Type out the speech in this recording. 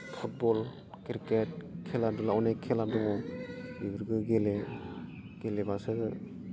football cricket खेला धुलाया अनेक खेला दङ बेफोरखौ गेले गेलेबासो